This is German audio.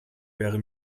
wäre